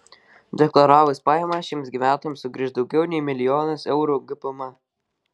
deklaravus pajamas šiems gyventojams sugrįš daugiau nei milijonas eurų gpm